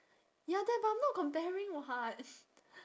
ya that but I'm not comparing [what]